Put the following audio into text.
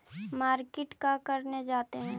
Market का करने जाते हैं?